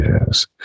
yes